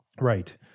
right